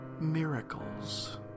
miracles